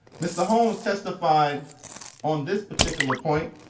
mr. holmes testified on this particular point.